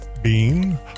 bean